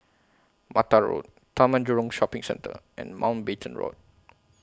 Mata Road Taman Jurong Shopping Centre and Mountbatten Road